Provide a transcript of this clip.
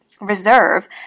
reserve